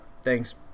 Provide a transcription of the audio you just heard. Thanks